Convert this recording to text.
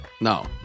No